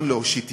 להושיט יד,